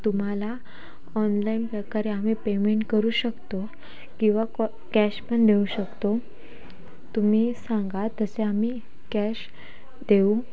तुम्हाला ऑनलाइन प्रकारे आम्ही पेमेंट करू शकतो किंवा को कॅश पण देऊ शकतो तुम्ही सांगा तसे आम्ही कॅश देऊ